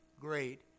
great